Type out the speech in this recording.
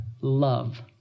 love